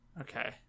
Okay